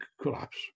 collapse